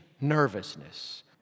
nervousness